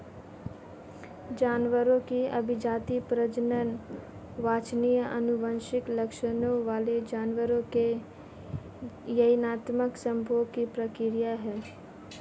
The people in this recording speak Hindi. जानवरों की अभिजाती, प्रजनन वांछनीय आनुवंशिक लक्षणों वाले जानवरों के चयनात्मक संभोग की प्रक्रिया है